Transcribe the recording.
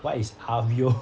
what is avrio